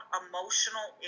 emotional